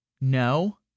No